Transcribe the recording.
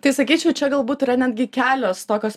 tai sakyčiau čia galbūt yra netgi kelios tokios